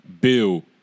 bill